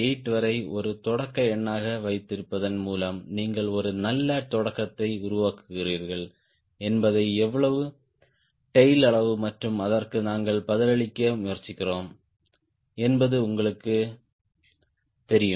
8 வரை ஒரு தொடக்க எண்ணாக வைத்திருப்பதன் மூலம் நீங்கள் ஒரு நல்ல தொடக்கத்தை உருவாக்குகிறீர்கள் என்பதற்கு எவ்வளவு டேய்ல் அளவு மற்றும் அதற்கு நாங்கள் பதிலளிக்க முயற்சிக்கிறோம் என்பது உங்களுக்குத் தெரியும்